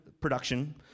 production